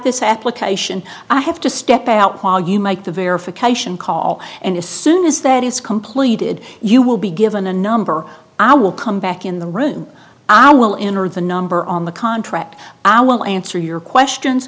this application i have to step out while you make the verification call and as soon as that is completed you will be given a number i will come back in the room i will enter the number on the contract i will answer your questions